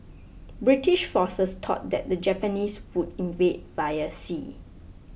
British forces thought that the Japanese would invade via sea